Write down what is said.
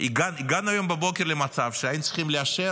הגענו היום בבוקר למצב שהיינו צריכים לאשר,